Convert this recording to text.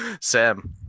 Sam